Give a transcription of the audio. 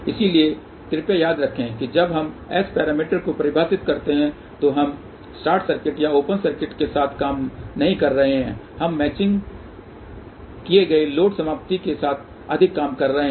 इसलिए कृपया याद रखें कि जब हम S पैरामीटर को परिभाषित करते हैं तो हम शॉर्ट सर्किट या ओपन सर्किट के साथ काम नहीं कर रहे हैं हम मैचिंग किए गए लोड समाप्ति के साथ अधिक काम कर रहे हैं